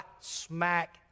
smack